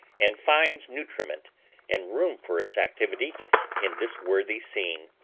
and finds nutriment and room for its activity in this worthy scene.